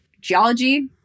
geology